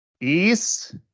east